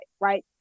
right